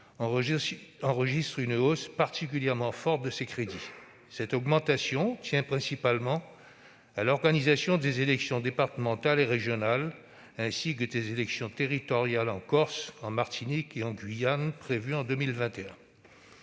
enregistre une hausse particulièrement forte de ses crédits. Cette augmentation tient principalement à l'organisation des élections départementales et régionales, ainsi que des élections territoriales en Corse, en Martinique et en Guyane, prévues en 2021.